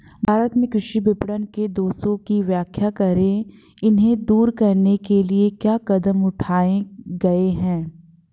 भारत में कृषि विपणन के दोषों की व्याख्या करें इन्हें दूर करने के लिए क्या कदम उठाए गए हैं?